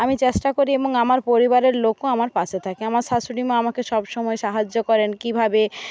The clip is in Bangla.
আমি চেষ্টা করি এবং আমার পরিবারের লোকও আমার পাশে থাকে আমার শাশুড়ি মা আমাকে সবসময় সাহায্য করেন কীভাবে